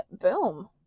boom